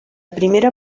primera